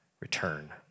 return